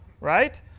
right